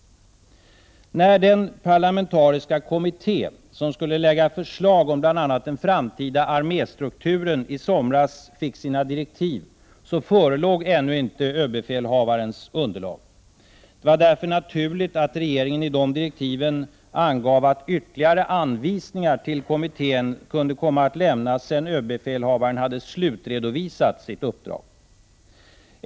När den parlamentariska kommitté som skulle lägga fram förslag om bl.a. den framtida arméstrukturen i somras fick sina direktiv förelåg ännu inte överbefälhavarens underlag. Det var därför naturligt att regeringen i direktiven angav att ytterligare anvisningar till kommittén kunde komma att lämnas sedan överbefälhavaren hade slutredovisat sitt uppdrag.